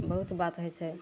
बहुत बात होइ छै